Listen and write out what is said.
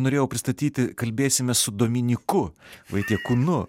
norėjau pristatyti kalbėsime su dominyku vaitiekūnu